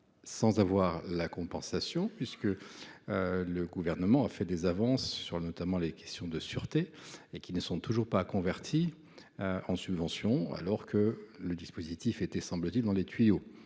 sans recevoir de compensation. En effet, le Gouvernement a fait des avances, notamment sur les questions de sûreté, qui ne sont toujours pas converties en subventions, alors que le dispositif était, semble t il, dans les tuyaux.